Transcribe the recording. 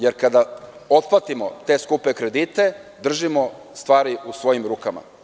Jer kada otplatimo te skupe kredite, držimo stvari u svojim rukama.